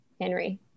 henry